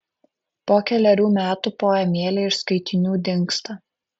po kelerių metų poemėlė iš skaitinių dingsta